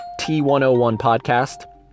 t101podcast